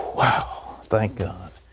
wow! thank god.